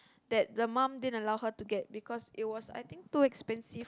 that the mum didn't allow her to get because it was I think too expensive